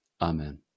Amen